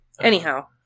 Anyhow